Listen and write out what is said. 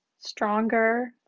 stronger